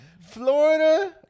Florida